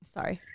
sorry